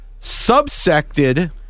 subsected